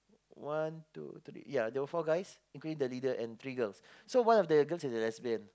one two three yeah there were four guys including the leader and three girls so one of the girls was a lesbian